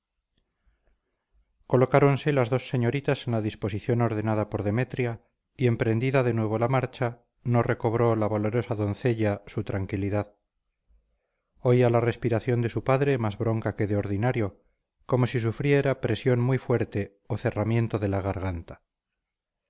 dos colocáronse las dos señoritas en la disposición ordenada por demetria y emprendida de nuevo la marcha no recobró la valerosa doncella su tranquilidad oía la respiración de su padre más bronca que de ordinario como si sufriera presión muy fuerte o cerramiento de la garganta